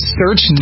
search